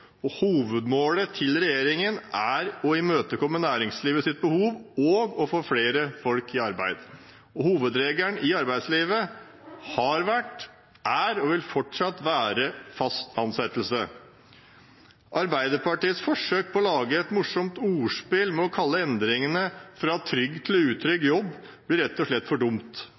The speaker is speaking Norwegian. jobb. Hovedmålet til regjeringen er å imøtekomme næringslivets behov og å få flere folk i arbeid, og hovedregelen i arbeidslivet er, har vært og vil fortsatt være fast ansettelse. Arbeiderpartiets forsøk på å lage et morsomt ordspill ved å kalle endringene «fra trygg til utrygg